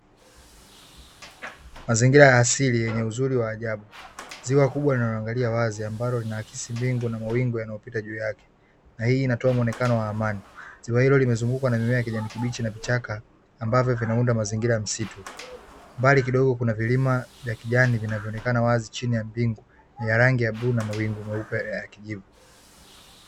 Mazingira ya asili yenye uzuri wa ajabu; ziwa kubwa linaloangalia wazi, ambalo linaakisi mbingu na mawingu yanayopita juu yake, na hii inatoa muonekano wa amani. Ziwa hilo limezungukwa na mimea ya kijani kibichi na vichaka, ambavyo vinaunda mazingira ya msitu. Mbali kidogo kuna vilima vya kijani vinavyoonekana wazi chini ya mbingu, vyenye rangi ya bluu na mawingu meupe ya kijivu.